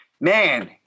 man